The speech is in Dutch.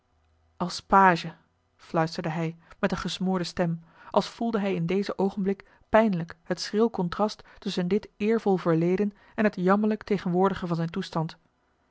als page fluisterde hij met eene gesmoorde stem als voelde hij in dezen oogenblik pijnlijk het schril contrast tusschen dit eervol verleden en het jammerlijk tegenwoordige van zijn toestand